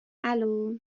الو